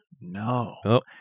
No